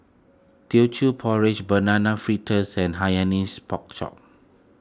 Teochew Porridge Banana Fritters and Hainanese Pork Chop